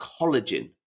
collagen